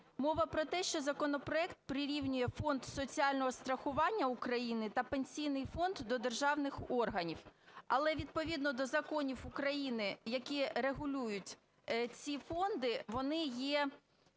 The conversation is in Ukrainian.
Мова про те, що законопроект прирівнює Фонд соціального страхування України та Пенсійний фонд до державних органів. Але відповідно до законів України, які регулюють ці фонди, вони є